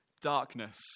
darkness